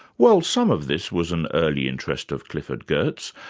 well some of this was an early interest of clifford geertz,